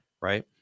right